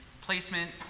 placement